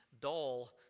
dull